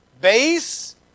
base